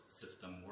system